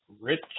Rich